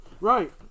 Right